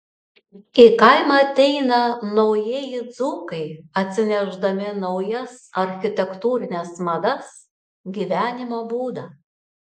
į kaimą ateina naujieji dzūkai atsinešdami naujas architektūrines madas gyvenimo būdą